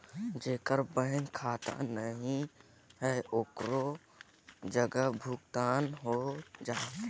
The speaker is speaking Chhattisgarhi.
जेकर बैंक खाता नहीं है ओकरो जग भुगतान हो जाथे?